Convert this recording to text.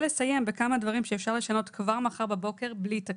לסיים בכמה דברים שאפשר לשנות כבר מחר בבוקר בלי תקציב,